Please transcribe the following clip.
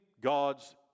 God's